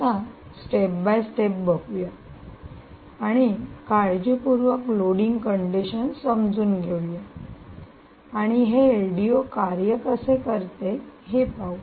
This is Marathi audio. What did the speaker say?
आता स्टेप बाय स्टेप बघूया आणि काळजीपूर्वक लोडींग कंडिशन समजून घेऊया आणि हे एलडीओ कार्य कसे करते ते पाहू